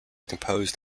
composed